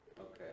Okay